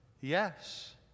yes